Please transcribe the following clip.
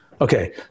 okay